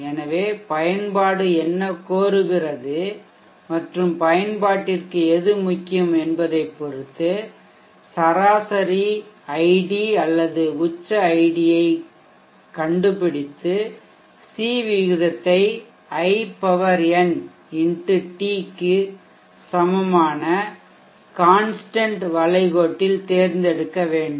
எனவே பயன்பாடு என்ன கோருகிறது மற்றும் பயன்பாட்டிற்கு எது முக்கியம் என்பதைப் பொறுத்து சராசரி ஐடி அல்லது உச்ச ஐடியைக் கண்டுபிடித்து சி விகிதத்தை i power n X t க்கு சமமான கான்ஷ்டன்ட் வளைகோட்டில் தேர்ந்தெடுக்க வேண்டும்